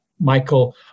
Michael